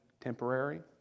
temporary